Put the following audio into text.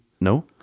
No